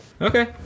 Okay